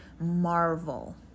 marvel